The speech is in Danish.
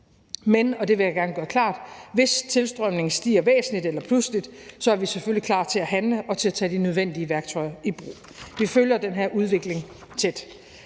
men, og det vil jeg gerne gøre klart, hvis tilstrømningen stiger væsentligt eller pludseligt, er vi selvfølgelig klar til at handle og til at tage de nødvendige værktøjer i brug. Vi følger den her udvikling tæt.